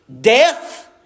death